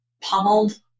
pummeled